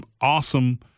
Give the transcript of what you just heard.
awesome